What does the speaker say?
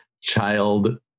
child